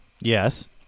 yes